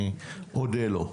אני אודה לו.